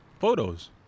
photos